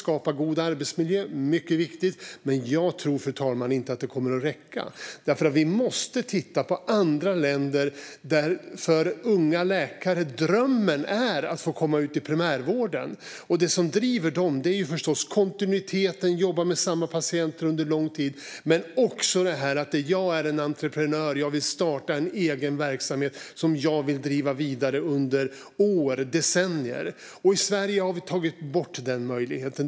Skapa god arbetsmiljö - mycket viktigt. Men jag tror inte, fru talman, att det kommer att räcka. Vi måste titta på andra länder där unga läkare också drömmer om att komma ut i primärvården. Det som driver dem är förstås kontinuiteten - att jobba med samma patienter under lång tid. Men det handlar också om detta: Jag är entreprenör, och jag vill starta en egen verksamhet som jag vill driva vidare under år och decennier! I Sverige har vi tagit bort den möjligheten.